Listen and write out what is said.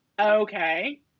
Okay